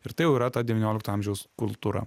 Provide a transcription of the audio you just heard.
ir tai jau yra ta devyniolikto amžiaus kultūra